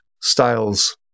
styles